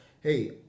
hey